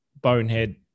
Bonehead